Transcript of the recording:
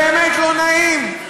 באמת לא נעים,